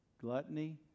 Gluttony